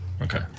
Okay